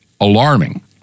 alarming